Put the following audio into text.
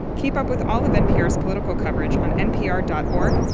keep up with all of npr's political coverage on npr dot org,